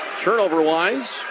Turnover-wise